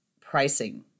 pricing